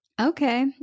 Okay